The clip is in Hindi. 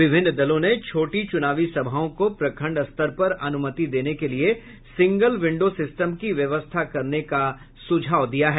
विभिन्न दलों ने छोटी चूनावी सभाओं को प्रखंड स्तर पर अनुमति देने के लिए सिंग्ल विंडो सिस्टम का सुझाव दिया है